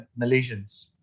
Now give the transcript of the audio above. Malaysians